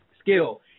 skill